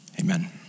Amen